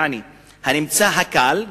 יעני: ההיצע הקל,